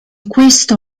questo